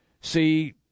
see